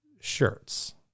shirts